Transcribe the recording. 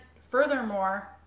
furthermore